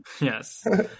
Yes